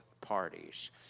parties